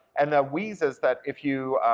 and the wheeze is that if you,